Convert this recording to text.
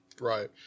Right